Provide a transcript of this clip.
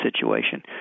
situation